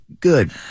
good